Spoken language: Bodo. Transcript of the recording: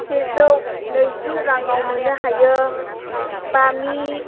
सेजौ नैजि रांआव मोननो हायो बामि